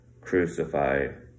crucified